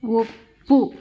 ಒಪ್ಪು